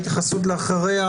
יתייחסו אחריה